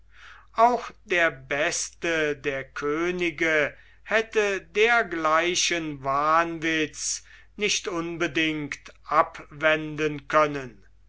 auch der beste der könige hätte dergleichen wahnwitz nicht unbedingt abwenden können